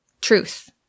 truth